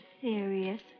serious